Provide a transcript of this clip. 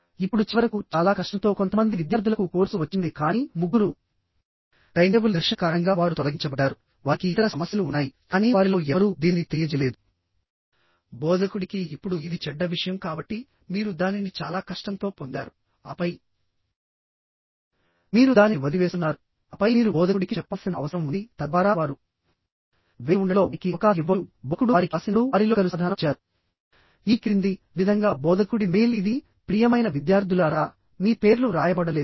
ఇప్పుడు చివరకు చాలా కష్టంతో కొంతమంది విద్యార్థులకు కోర్సు వచ్చింది కానీ ముగ్గురు టైమ్టేబుల్ ఘర్షణ కారణంగా వారు తొలగించబడ్డారు వారికి ఇతర సమస్యలు ఉన్నాయి కానీ వారిలో ఎవరూ దీనిని తెలియజేయలేదు బోధకుడికి ఇప్పుడు ఇది చెడ్డ విషయం కాబట్టి మీరు దానిని చాలా కష్టంతో పొందారు ఆపై మీరు దానిని వదిలివేస్తున్నారు ఆపై మీరు బోధకుడికి చెప్పాల్సిన అవసరం ఉంది తద్వారా వారు వేచి ఉండటంలో వారికి అవకాశం ఇవ్వవచ్చు బోధకుడు వారికి వ్రాసినప్పుడు వారిలో ఒకరు సమాధానం ఇచ్చారు ఈ క్రింది విధంగా బోధకుడి మెయిల్ ఇది ప్రియమైన విద్యార్థులారా మీ పేర్లు వ్రాయబడలేదు